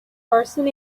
person